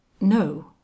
No